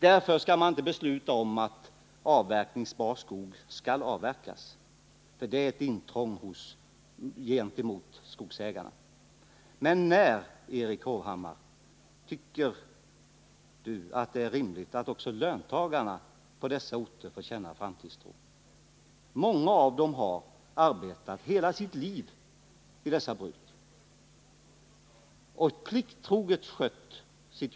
Därför skall man inte besluta att avverkningsbar skog skall avverkas — det vore att göra intrång på skogsägarnas rättigheter. Men när, tycker Erik Hovhammar, kan det vara rimligt att också löntagarna på dessa orter får känna denna framtidstro? Många av dem har arbetat hela sitt liv vid dessa bruk och plikttroget skött jobbet.